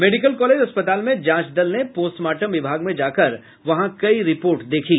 medical college अस्पताल में जांच दल ने पोस्टमार्टम विभाग में जाकर वहां कई रिपोर्ट देखे